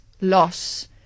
Loss